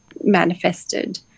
manifested